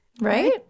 Right